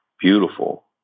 beautiful